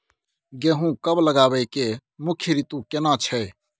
गेहूं कब लगाबै के मुख्य रीतु केना छै?